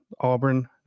Auburn